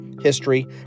history